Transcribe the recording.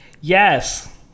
Yes